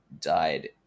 died